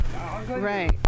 Right